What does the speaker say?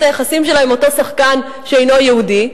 היחסים שלה עם אותו שחקן שאינו יהודי,